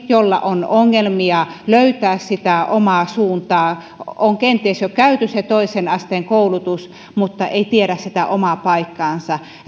jolla on ongelmia löytää sitä omaa suuntaa on kenties jo käytynä se toisen asteen koulutus mutta ei tiedä sitä omaa paikkaansa ja